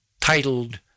titled